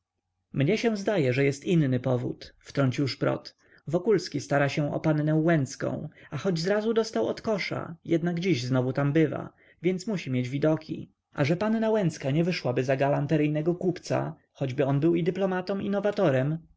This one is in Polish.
mnie się zdaje że jest inny powód wtrącił szprot wokulski stara się o pannę łęcką a choć zrazu dostał odkosza jednak dziś znowu tam bywa więc musi mieć widoki a że panna łęcka nie wyszłaby za galanteryjnego kupca choćby on był dyplomatą i nowatorem